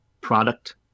product